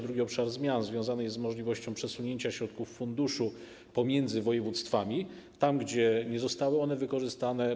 Drugi obszar zmian związany jest z możliwością przesunięcia środków funduszu pomiędzy województwami, tam, gdzie nie zostały one wykorzystane.